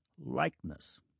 likeness